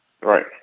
Right